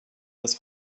das